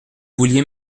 vouliez